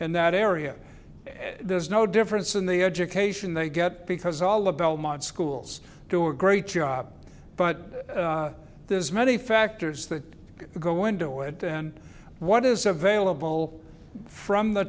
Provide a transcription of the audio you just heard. in that area and there's no difference in the education they get because all of belmont schools do a great job but there's many factors that go into it and what is available from the